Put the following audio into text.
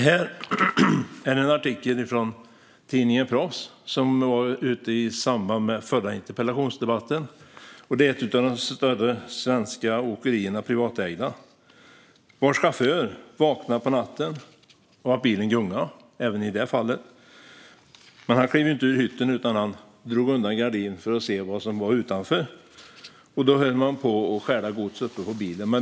I en artikel i tidningen Proffs, som kom ut samband med den förra interpellationsdebatten, berättas om en chaufför hos ett av de större svenska privatägda åkerierna. Även han väcktes på natten av att bilen gungade. Han klev inte ur hytten utan drog undan gardinen för att se vad som pågick utanför, och där höll man på att stjäla lasten.